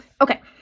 Okay